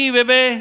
baby